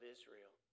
Israel